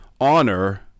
honor